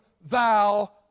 thou